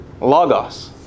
logos